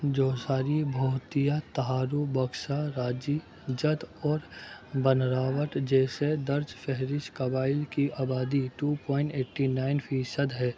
جوہساری بھوتیا تہارو بکسا راجی جد اور بنراوت جیسے درج فہرست قبائل کی آبادی ٹو پوائنٹ ایٹی نائن فیصد ہے